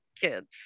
kids